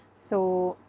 so.